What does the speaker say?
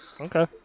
Okay